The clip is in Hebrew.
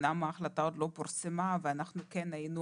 אומנם ההחלטה עוד לא פורסמה ואנחנו כן היינו